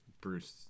Bruce